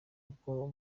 uko